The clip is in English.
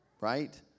Right